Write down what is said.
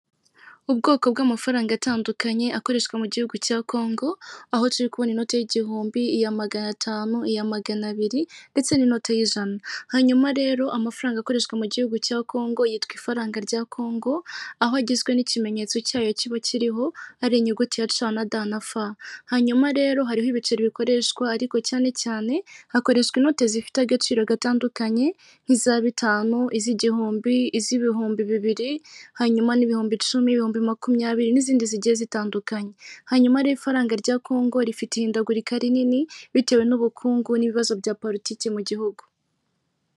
Ubwoko bw'amafaranga atandukanye akoreshwa mu gihugu cya Kongo, aho turikubona inoti y'igihumbi, iya magana atanu, iya magana abiri ndetse n'inote y'ijana. Hanyuma rero amafaranga akoreshwa mu gihugu cya Kongo yitwa ifaranga rya Kongo, aho agizwe n'ikimenyetso cyayo kiba kiriho ari inyuguti ya C na D na F. Hanyuma rero hariho ibiceri bikoreshwa ariko cyane cyane hakoreshwa inoti zifite agaciro gatandukanye nk'iza bitanu iz'igihumbi, iz'ibihumbi bibiri, hanyuma n'ibihumbi icumi, ibihumbi makumyabiri n'izindi zigiye zitandukanye. Hanyuma rero ifaranga rya Kongo rifite ihindagurika rinini bitewe n'ubukungu n'ibibazo bya politiki mu gihugu.